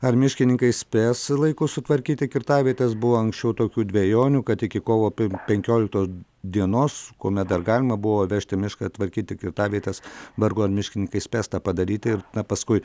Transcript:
ar miškininkai spės laiku sutvarkyti kirtavietes buvo anksčiau tokių dvejonių kad iki kovo penkioliktos dienos kuomet dar galima buvo vežti mišką tvarkyti kirtavietes vargu ar miškininkai spės tą padaryti ir paskui